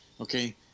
Okay